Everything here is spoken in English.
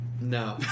No